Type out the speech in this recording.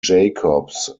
jacobs